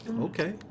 okay